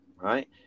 Right